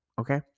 okay